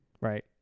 Right